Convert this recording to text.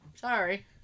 sorry